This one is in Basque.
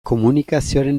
komunikazioaren